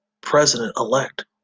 president-elect